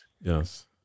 Yes